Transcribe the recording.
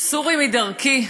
סורי מדרכי.